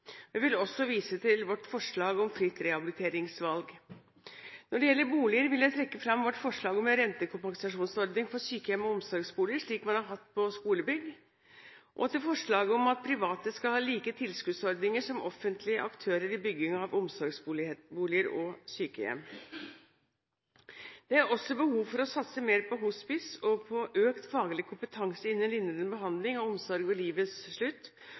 vil også vise til vårt forslag om fritt rehabiliteringsvalg. Når det gjelder boliger, vil jeg trekke fram vårt forslag om en rentekompensasjonsordning for sykehjem og omsorgsboliger, slik man har hatt på skolebygg. Jeg viser også til forslaget om at private skal ha like tilskuddsordninger som offentlige aktører i bygging av omsorgsboliger og sykehjem. Det er også behov for å satse mer på hospice og på økt faglig kompetanse innen lindrende behandling og omsorg ved livets slutt,